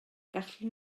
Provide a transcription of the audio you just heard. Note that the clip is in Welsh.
gallwn